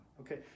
Okay